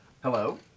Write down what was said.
Hello